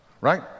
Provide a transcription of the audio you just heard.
Right